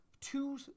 two